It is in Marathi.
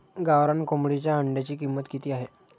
गावरान कोंबडीच्या अंड्याची किंमत किती आहे?